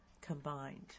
combined